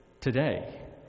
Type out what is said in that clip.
today